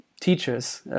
teachers